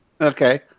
Okay